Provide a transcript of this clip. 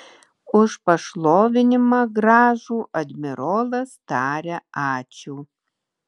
už pašlovinimą gražų admirolas taria ačiū